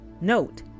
Note